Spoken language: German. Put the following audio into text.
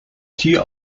tier